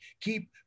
keep